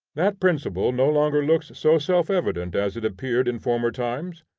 that principle no longer looks so self-evident as it appeared in former times,